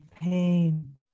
pain